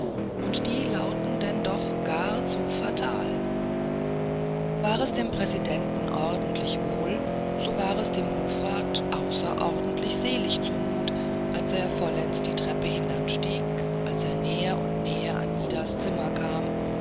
und die lauteten denn doch gar zu fatal war es dem präsidenten ordentlich wohl so war es dem hofrat außerordentlich selig zu mut als er vollends die treppe hinanstieg als er näher und näher an idas zimmer kam